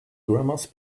grammars